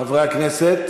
חברי הכנסת?